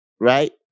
right